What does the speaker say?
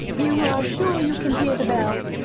you are sure you can hear the bell?